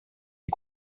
est